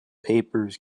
papers